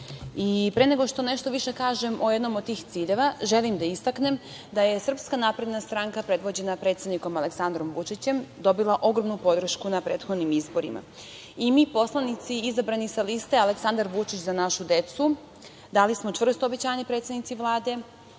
nego što nešto više kažem o jednom od tih ciljeva, želim da istaknem da je SNS, predvođena predsednikom Aleksandrom Vučićem, dobila ogromnu podršku na prethodnim izborima. Mi, poslanici izabrani sa liste Aleksandar Vučić - Za našu decu, dali smo čvrsto obećanje predsednici Vlade